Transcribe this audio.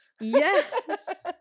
Yes